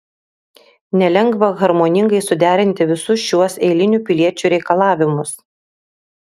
nelengva harmoningai suderinti visus šiuos eilinių piliečių reikalavimus